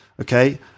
Okay